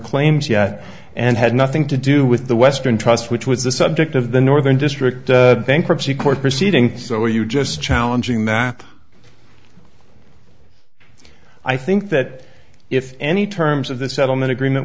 claims yet and had nothing to do with the western trust which was the subject of the northern district bankruptcy court proceeding so are you just challenging that i think that if any terms of the settlement agreement